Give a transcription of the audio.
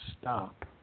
stop